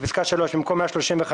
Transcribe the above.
(ג)בפסקה (3), במקום "135.5%"